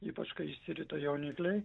ypač kai išsirita jaunikliai